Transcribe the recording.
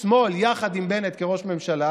שמאל יחד עם בנט כראש ממשלה